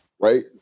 right